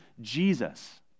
Jesus